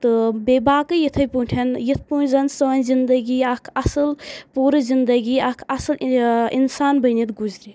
تہٕ بیٚیہِ باقٕے یِتھٕے پٲٹھۍ یِتھٕ پٲٹھۍ زَن سٲنۍ زِنٛدگی اکھ اَصٕل پوٗرٕ زِنٛدگی اَکھ اَصٕل اِنسان بٔنِتھ گُزرِ